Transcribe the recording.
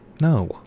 No